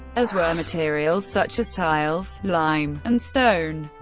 as were materials such as tiles, lime, and stone.